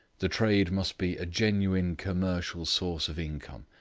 the trade must be a genuine commercial source of income,